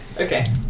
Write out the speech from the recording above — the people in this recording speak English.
Okay